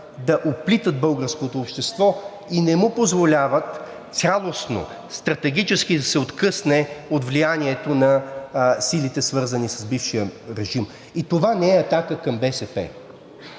да оплитат българското общество, и не му позволяват цялостно, стратегически да се откъсне от влиянието на силите, свързани с бившия режим. И това не е атака към БСП,